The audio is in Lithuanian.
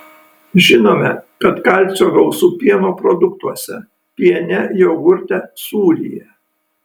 žinome kad kalcio gausu pieno produktuose piene jogurte sūryje